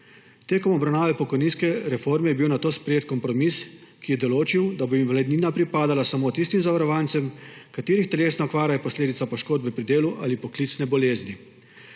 Med obravnavo pokojninske reforme je bil nato sprejet kompromis, ki je določil, da bo invalidnina pripadala samo tistim zavarovancem, katerih telesna okvara je posledica poškodbe pri delu ali poklicne bolezni,